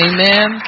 Amen